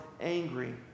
angry